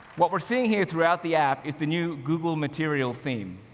what we're seeing here throughout the app is the new google material theme.